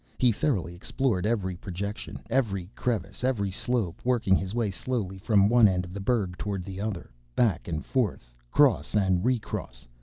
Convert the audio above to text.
he thoroughly explored every projection, every crevice, every slope, working his way slowly from one end of the berg toward the other. back and forth, cross and re-cross,